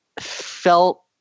felt